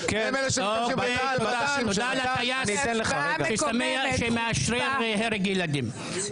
תודה לטייס שמאשרר הרג ילדים.